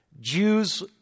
Jews